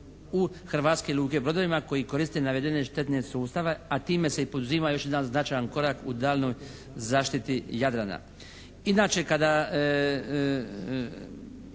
hrvatske luke brodovima koji koriste navedene štetne sustave, a time se i poduzima još jedan značajan korak u daljnjoj zaštiti Jadrana. Inače kada